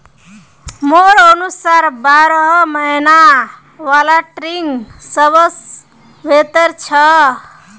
मोर अनुसार बारह महिना वाला ट्रेनिंग सबस बेहतर छ